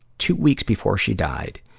two weeks before she died,